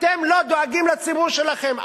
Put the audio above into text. אתם לא דואגים לציבור שלכם,